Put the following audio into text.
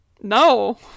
No